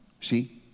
See